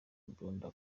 imbunda